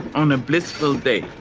on a blissful day,